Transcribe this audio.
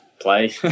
play